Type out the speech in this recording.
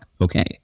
okay